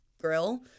grill